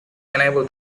enable